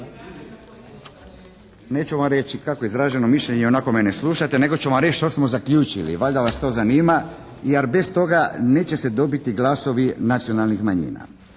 Neću vam reći kako je izraženo mišljenje, ionako me ne slušate nego ću vam reći što smo zaključili, valjda vas to zanima jer bez toga neće se dobiti glasovi nacionalnih manjina.